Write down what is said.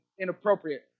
inappropriate